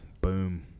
Boom